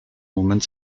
moment